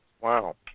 Wow